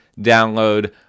download